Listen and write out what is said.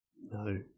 no